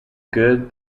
good